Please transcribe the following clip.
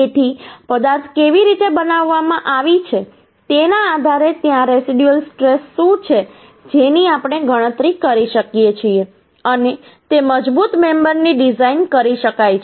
તેથી પદાર્થ કેવી રીતે બનાવવામાં આવી છે તેના આધારે ત્યાં રેસિડયુઅલ સ્ટ્રેશ શું છે જેની આપણે ગણતરી કરી શકીએ છીએ અને તે મુજબ મેમબરની ડિઝાઇન કરી શકાય છે